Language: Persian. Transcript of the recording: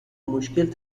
مشکل